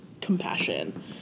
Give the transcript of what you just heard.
compassion